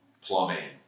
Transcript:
plumbing